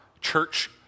church